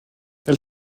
elle